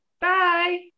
Bye